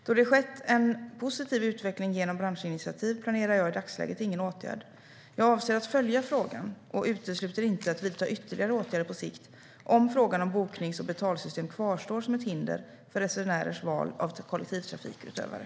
Då det har skett en positiv utveckling genom branschinitiativ planerar jag i dagsläget ingen åtgärd. Jag avser att följa frågan och utesluter inte att vidta ytterligare åtgärder på sikt om frågan om boknings och betalsystem kvarstår som ett hinder för resenärers val av kollektivtrafikutövare.